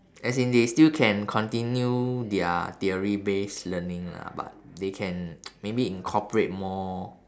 as in they still can continue their theory based learning lah but they can maybe incorporate more